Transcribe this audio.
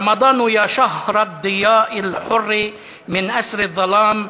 ברשות יושב-ראש הישיבה, הנני מתכבד להודיעכם,